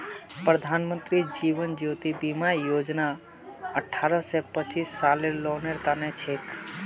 प्रधानमंत्री जीवन ज्योति बीमा योजना अठ्ठारह स पचास सालेर लोगेर तने छिके